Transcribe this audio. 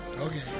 Okay